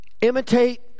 Imitate